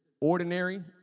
ordinary